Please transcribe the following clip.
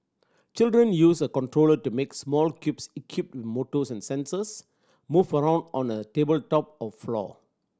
children use a controller to make small cubes equipped motors and sensors move around on a tabletop or floor